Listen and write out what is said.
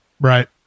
right